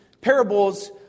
parables